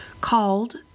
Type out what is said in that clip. called